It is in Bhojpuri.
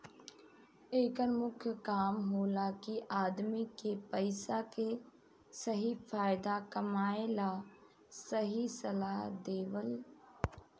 एकर मुख्य काम होला कि आदमी के पइसा के सही फायदा कमाए ला सही सलाह देवल